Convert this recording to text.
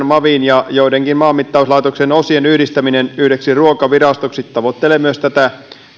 mavin ja joidenkin maanmittauslaitoksen osien yhdistäminen yhdeksi ruokavirastoksi tavoittelee myös tätä